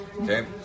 Okay